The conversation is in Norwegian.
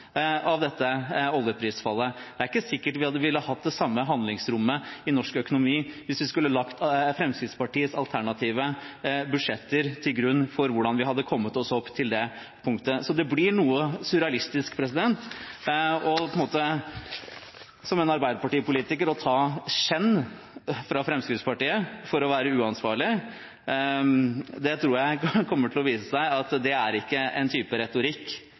av dette oljeprisfallet. Det er ikke sikkert vi ville ha hatt det samme handlingsrommet i norsk økonomi hvis vi skulle lagt Fremskrittspartiets alternative budsjetter til grunn for hvordan vi hadde kommet oss opp til det punktet. Så det blir noe surrealistisk som arbeiderpartipolitiker å få skjenn fra Fremskrittspartiet for å være uansvarlig. Det tror jeg kommer til å vise seg at ikke er en type retorikk